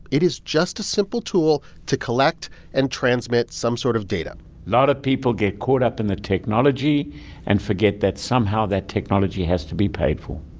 it is just a simple tool to collect and transmit some sort of data a lot of people get caught up in the technology and forget that somehow that technology has to be paid for.